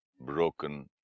broken